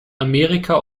amerika